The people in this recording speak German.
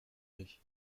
nicht